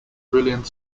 brilliant